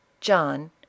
john